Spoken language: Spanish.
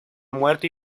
muerte